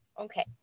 Okay